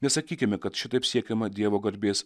nesakykime kad šitaip siekiama dievo garbės